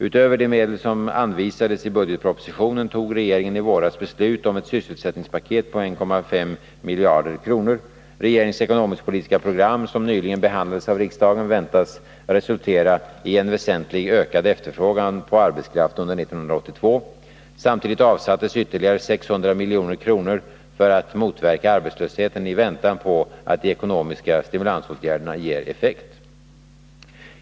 Utöver de medel som anvisades i budgetpropositionen tog regeringen i våras beslut om ett sysselsättningspaket för 1,5 miljarder kronor. Regeringens ekonomiskpolitiska program, som nyligen behandlades av riksdagen, väntas resultera i en väsentligt ökad efterfrågan på arbetskraft under 1982. Samtidigt avsattes 159 ytterligare 600 milj.kr. för att motverka arbetslösheten i väntan på att de ekonomiska stimulansåtgärderna ger effekt.